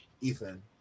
ethan